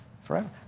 forever